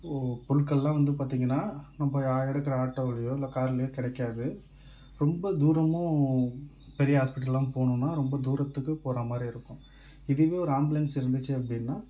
உ பொருட்கள்லாம் வந்து பார்த்தீங்கன்னா நம்ம எடுக்கிற ஆட்டோவிலையோ இல்லை கார்லையோ கிடைக்காது ரொம்ப தூரமும் பெரிய ஆஸ்பிட்டல்லாம் போகணுன்னா ரொம்ப தூரத்துக்கு போகிறா மாதிரி இருக்கும் இதுவே ஒரு ஆம்புலன்ஸ் இருந்துச்சு அப்படின்னா